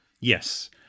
Yes